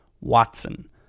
Watson